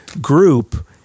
group